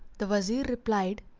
the wazir replied,